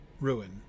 Ruin